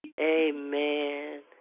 Amen